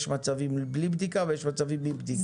מצבים בלי בדיקה ויש מצבים עם בדיקה?